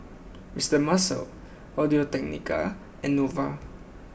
Mr Muscle Audio Technica and Nova